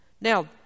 Now